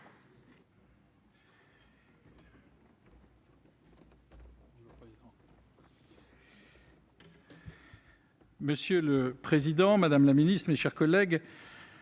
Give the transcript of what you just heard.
Monsieur le président, madame la ministre, mes chers collègues,